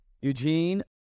Eugene